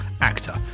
actor